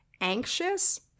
anxious